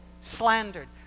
slandered